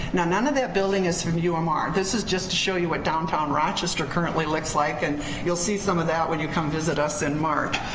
none none of that building is from umr. um um this is just to show you what downtown rochester currently looks like and you'll see some of that when you come visit us in march,